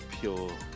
pure